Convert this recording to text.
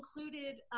included